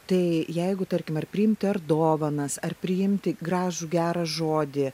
tai jeigu tarkim ar priimti ar dovanas ar priimti gražų gerą žodį